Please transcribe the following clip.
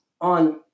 on